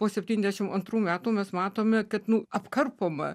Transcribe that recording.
po septyndešim antrų metų mes matome kad apkarpoma